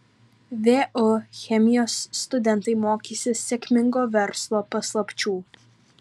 vu chemijos studentai mokysis sėkmingo verslo paslapčių